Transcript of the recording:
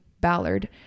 Ballard